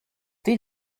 did